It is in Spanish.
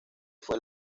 fue